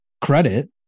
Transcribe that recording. credit